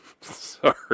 sorry